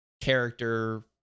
character